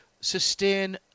sustain